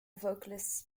vocalists